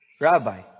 Rabbi